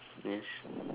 yes